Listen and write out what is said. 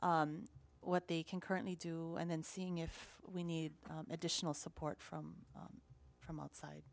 what they can currently do and then seeing if we need additional support from from outside